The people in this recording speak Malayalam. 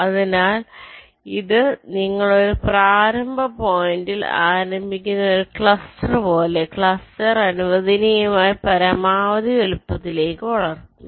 അതിനാൽ ഇത് നിങ്ങൾ ഒരു പ്രാരംഭ പോയിന്റിൽ ആരംഭിക്കുന്ന ഒരു ക്ലസ്റ്റർ പോലെ ക്ലസ്റ്റർ അനുവദനീയമായ പരമാവധി വലുപ്പത്തിലേക്ക് വളർത്തുന്നു